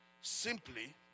simply